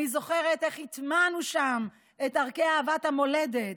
בן-גוריון אני זוכרת איך הטמענו שם את ערכי אהבת המולדת,